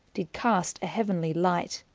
did cast a heavenlye light.